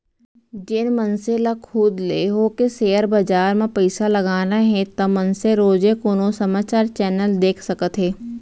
जेन मनसे ल खुद ले होके सेयर बजार म पइसा लगाना हे ता मनसे रोजे कोनो समाचार चैनल देख सकत हे